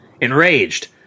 Enraged